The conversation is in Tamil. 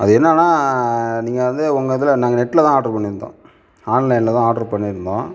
அது என்னன்னா நீங்கள் வந்து உங்கள் இதில் நாங்கள் நெட்டில் தான் ஆடரு பண்ணியிருந்தோம் ஆன்லைனில் தான் ஆடரு பண்ணியிருந்தோம்